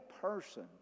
person